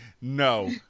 No